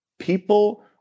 people